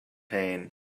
pain